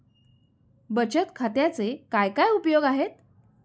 बचत खात्याचे काय काय उपयोग आहेत?